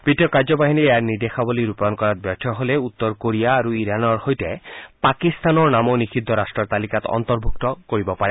বিত্তীয় কাৰ্যবাহিনীয়ে ইয়াৰ নিৰ্দেশাৱলী ৰূপায়ণ কৰাত ব্যৰ্থ হলে উত্তৰ কোৰিয়া আৰু ইৰানৰ সৈতে পাকিস্তানৰ নামো নিষিদ্ধ ৰাট্টৰ তালিকাত অন্তৰ্ভূক্ত কৰিব পাৰে